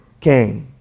came